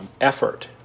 effort